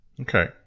Okay